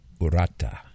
Urata